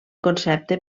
concepte